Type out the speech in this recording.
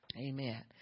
amen